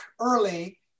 early